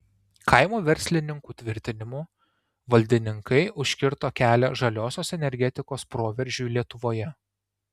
kaimo verslininkų tvirtinimu valdininkai užkirto kelią žaliosios energetikos proveržiui lietuvoje